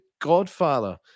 Godfather